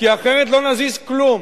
כי אחרת לא נזיז כלום.